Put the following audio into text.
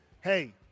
hey